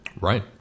Right